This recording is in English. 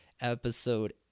episode